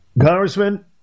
Congressman